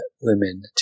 women